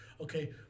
okay